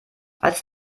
als